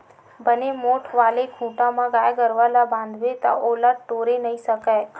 बने मोठ्ठ वाले खूटा म गाय गरुवा ल बांधबे ता ओला टोरे नइ सकय